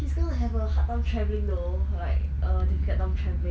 he's gonna have a hard time traveling though like err like difficult time travelling